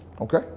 Okay